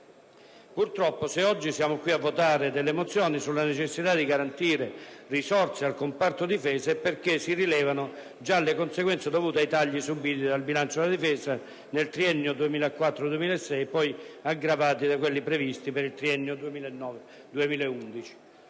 Purtroppo, se oggi siamo qui a votare delle mozioni sulla necessità di garantire risorse al comparto difesa è perché si rilevano già le conseguenze dovute ai tagli subiti dal bilancio della Difesa nel triennio 2004-2006 e poi aggravati da quelli previsti per il triennio 2009-2011.